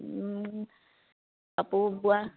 কাপোৰ বোৱা